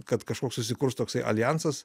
kad kažkoks susikurs toksai aljansas